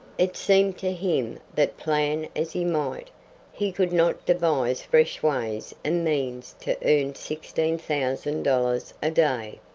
it seemed to him that, plan as he might he could not devise fresh ways and means to earn sixteen thousand dollars a day.